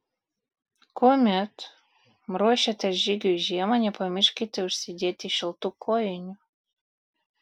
kuomet ruošiatės žygiui žiemą nepamirškite užsidėti šiltų kojinių